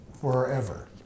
forever